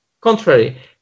contrary